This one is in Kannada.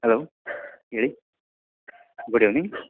ಹಲೋ ಹೇಳಿ ಗುಡ್ ಈವ್ನಿಂಗ್